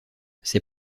ses